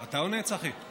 אתה עונה, צחי?